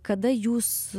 kada jūs